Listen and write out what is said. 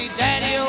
daddy